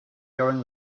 going